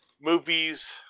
movies